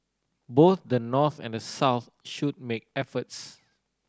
both the North and the South should make efforts